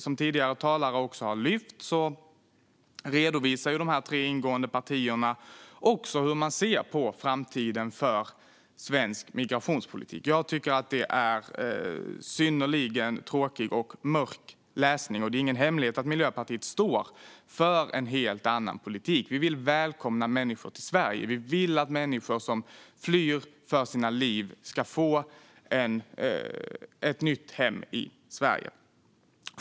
Som tidigare talare har lyft fram redovisar de tre ingående partierna också hur man ser på framtiden för svensk migrationspolitik. Jag tycker att det är en synnerligen tråkig och mörk läsning. Det är ingen hemlighet att Miljöpartiet står för en helt annan politik. Vi vill välkomna människor till Sverige. Vi vill att människor som flyr för sina liv ska få ett nytt hem i Sverige.